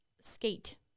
skate